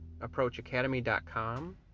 Approachacademy.com